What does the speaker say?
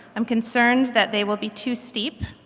i'm concerned that they will be too steep.